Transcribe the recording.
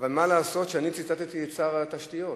אבל מה לעשות שאני ציטטתי את שר התשתיות?